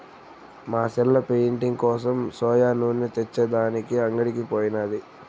మా సెల్లె పెయింటింగ్ కోసం సోయా నూనె తెచ్చే దానికి అంగడికి పోయినాది